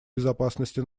безопасности